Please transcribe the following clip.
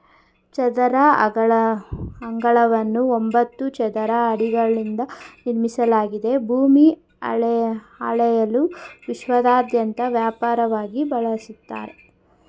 ಚದರ ಅಂಗಳವನ್ನು ಒಂಬತ್ತು ಚದರ ಅಡಿಗಳಿಂದ ನಿರ್ಮಿಸಲಾಗಿದೆ ಭೂಮಿ ಅಳೆಯಲು ವಿಶ್ವದಾದ್ಯಂತ ವ್ಯಾಪಕವಾಗಿ ಬಳಸ್ತರೆ